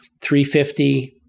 350